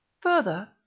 Further